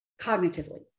cognitively